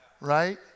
right